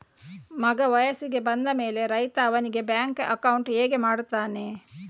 ಮಗ ವಯಸ್ಸಿಗೆ ಬಂದ ಮೇಲೆ ರೈತ ಅವನಿಗೆ ಬ್ಯಾಂಕ್ ಅಕೌಂಟ್ ಹೇಗೆ ಮಾಡ್ತಾನೆ?